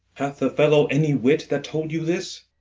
hath the fellow any wit that told you this?